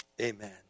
Amen